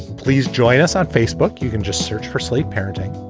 please join us on facebook. you can just search for slate parenting.